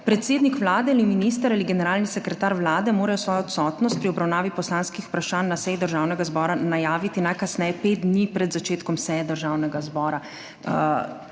»Predsednik vlade ali minister ali generalni sekretar vlade morajo svojo odsotnost pri obravnavi poslanskih vprašanj na seji državnega zbora najaviti najkasneje pet dni pred začetkom seje državnega zbora.«